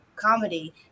Comedy